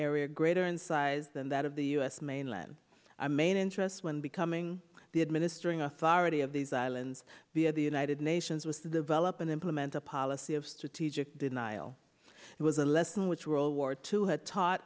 area greater in size than that of the u s mainland a main interest when becoming the administering authority of these islands via the united nations was to develop and implement a policy of strategic denial it was a lesson which world war two had taught